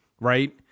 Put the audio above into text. right